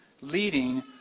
leading